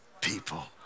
people